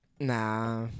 Nah